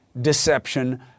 deception